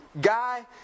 guy